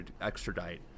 extradite